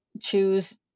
choose